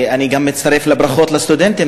גם אני מצטרף לברכות לסטודנטים.